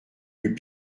eut